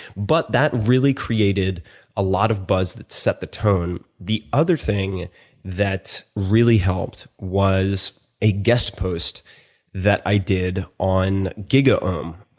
but that really created a lot of buzz that set the tone. the other thing that really helped was a guest post that i did on gigaom